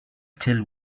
till